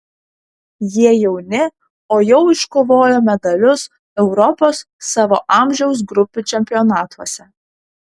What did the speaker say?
jie jauni o jau iškovojo medalius europos savo amžiaus grupių čempionatuose